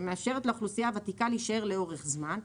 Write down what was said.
שמאפשרת לאוכלוסייה הוותיקה להישאר לאורך זמן,